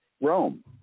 Rome